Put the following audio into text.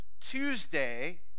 Tuesday